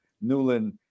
Newland